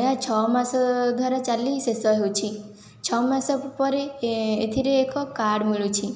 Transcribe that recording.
ଏହା ଛଅମାସ ଧରି ଚାଲି ଶେଷ ହୋଇଛି ଛଅମାସ ପରେ ଏଥିରେ ଏକ କାର୍ଡ଼ ମିଳୁଛି